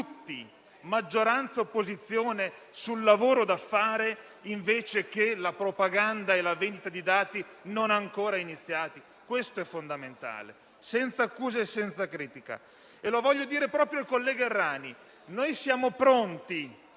tutti, maggioranza e opposizione, sul lavoro da fare invece che sulla propaganda e la vendita di dati non ancora iniziati? Questo è fondamentale, senza accuse e senza critica. Mi rivolgo proprio al collega Errani: noi siamo pronti